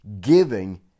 giving